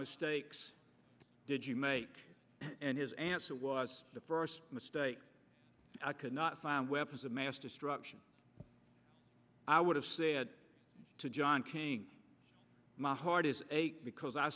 mistakes did you make and his answer was the first mistake i could not find weapons of mass destruction i would have said to john king my heart is a because i